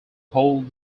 hold